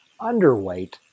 underweight